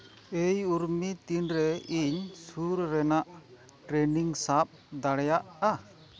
ᱮᱭ ᱩᱨᱢᱤ ᱤᱧ ᱛᱤᱱᱨᱮ ᱥᱩᱨ ᱨᱮᱱᱟᱜ ᱴᱨᱮᱱ ᱤᱧ ᱥᱟᱵ ᱫᱟᱲᱮᱭᱟᱜᱼᱟ